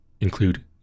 include